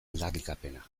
aldarrikapena